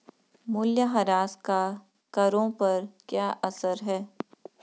मूल्यह्रास का करों पर क्या असर है?